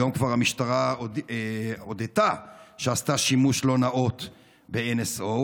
היום המשטרה כבר הודתה שעשתה שימוש לא נאות ב-NSO.